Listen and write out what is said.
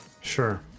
sure